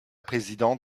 présidente